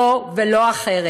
זו ולא אחרת,